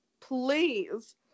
Please